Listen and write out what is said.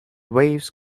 waves